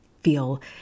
feel